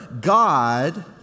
God